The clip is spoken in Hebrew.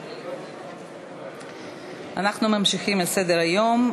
אנחנו ממשיכים בסדר-היום,